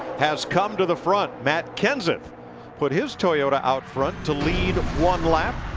has come to the front. matt kenseth put his toyota out front to lead one lap.